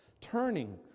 turning